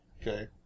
Okay